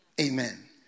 Amen